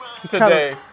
Today